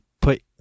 put